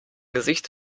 gesicht